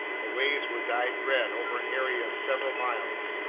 the waves were dyed red over an area of several miles,